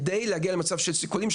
כדי להגיע למצב של סיכולים,